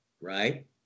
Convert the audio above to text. right